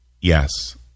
Yes